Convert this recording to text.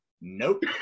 nope